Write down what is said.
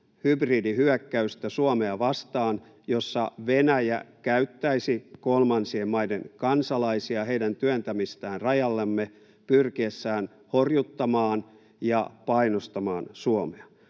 hybridihyökkäystä Suomea vastaan, jossa Venäjä käyttäisi kolmansien maiden kansalaisia, heidän työntämistään rajallemme, pyrkiessään horjuttamaan ja painostamaan Suomea.